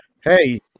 Hey